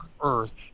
earth